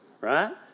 Right